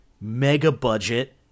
mega-budget